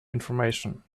information